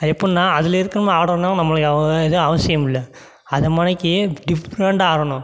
அது எப்புடின்னா அதில் இருக்கிற மாதிரி ஆடணுன்னா நம்மளுக்கு இது அவசியம் இல்லை அந்த மாரிக்கே டிஃப்ரெண்ட்டாக ஆடணும்